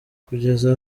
kugeza